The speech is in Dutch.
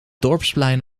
dorpsplein